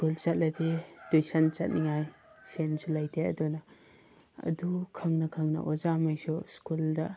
school ꯆꯠꯂꯗꯤ tuition ꯆꯠꯅꯤꯡꯉꯥꯏ ꯁꯦꯟꯁꯨ ꯂꯩꯇꯦ ꯑꯗꯨꯅ ꯑꯗꯨ ꯈꯪꯅ ꯈꯪꯅ ꯑꯣꯖꯥꯉꯩꯁꯨ ꯁ꯭ꯀꯨꯜꯗ